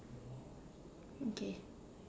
okay